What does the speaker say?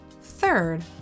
Third